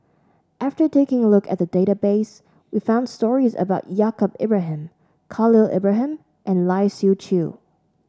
after taking a look at the database we found stories about Yaacob Ibrahim Khalil Ibrahim and Lai Siu Chiu